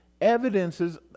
evidences